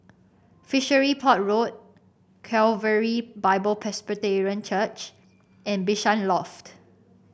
Fishery Port Road Calvary Bible Presbyterian Church and Bishan Loft